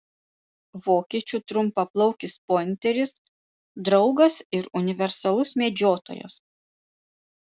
vokiečių trumpaplaukis pointeris draugas ir universalus medžiotojas